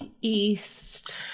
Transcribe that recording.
East